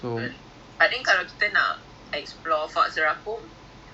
A_J hackett the jumping one right fifty five token